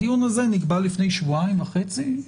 הדיון הזה נקבע לפני שבועיים וחצי,